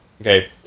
Okay